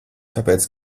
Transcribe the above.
tāpēc